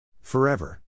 Forever